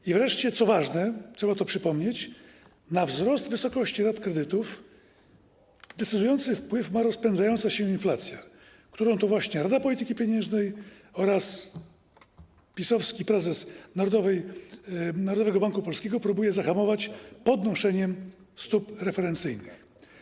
I wreszcie, co ważne, trzeba to przypomnieć, na wzrost wysokości rat kredytów decydujący wpływ ma rozpędzająca się inflacja, którą to właśnie Rada Polityki Pieniężnej oraz PiS-owski prezes Narodowego Banku Polskiego próbują zahamować podnoszeniem stóp referencyjnych.